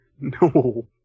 no